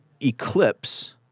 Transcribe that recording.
Eclipse